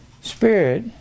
spirit